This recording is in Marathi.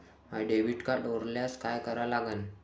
माय डेबिट कार्ड हरोल्यास काय करा लागन?